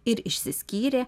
ir išsiskyrė